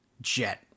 jet